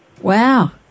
Wow